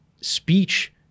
speech